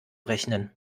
rechnen